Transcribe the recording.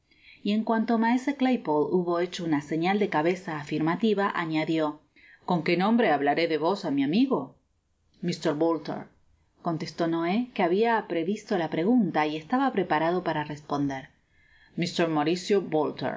y en cuanto inaese claypole hubo hecho una señal de cabeza afirmativa añadió con qué nombre hablaré de vos á mi amigo mr bolter contestó noé que habia previsto la pregunta y estaba preparado para respondermr mauricio